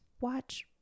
Watch